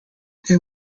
they